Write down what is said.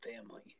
family